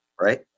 Right